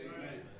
Amen